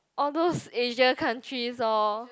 all those Asia countries lor